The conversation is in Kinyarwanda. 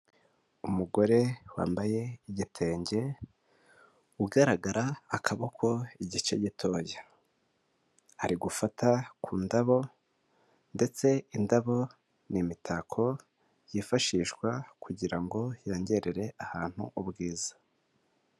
Umugore wambaye igitenge, ugaragara akaboko igice gitoya, ari gufata ku ndabo, ndetse indabo n'imitako yifashishwa, kugira ngo yongerere ahantu ubwiza.